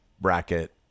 bracket